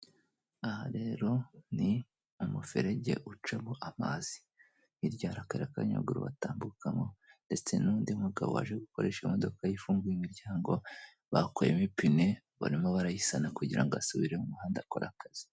Aha rero ni umuferege ucamo amazi. Hirya hari akayira kabanyamaguru batambukamo, ndetse n'undi mugabo waje gukoresha imodoka ye ifunguye imiryango, bakuyemo ipine barimo barayisana kugira ngo asubire muhanda akore akazi.